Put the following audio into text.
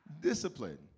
Discipline